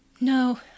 No